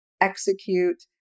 execute